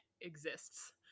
exists